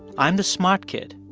i'm the smart kid,